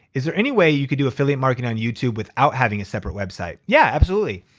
is there any way you could do affiliate marketing on youtube, without having a separate website? yeah, absolutely.